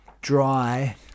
dry